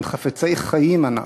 אם חפצי חיים אנחנו,